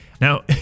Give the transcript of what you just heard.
Now